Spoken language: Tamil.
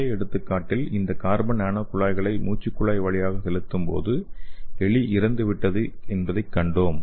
முந்தைய எடுத்துக்காட்டில் இந்த கார்பன் நானோ குழாய்களை மூச்சுக் குழாய் வழியாக செலுத்தும்போது எலி இறந்துவிட்டதைக் கண்டோம்